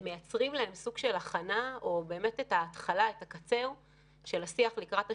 ומייצרים להן סוג של הכנה או את ההתחלה של השיח לקראת השחרור.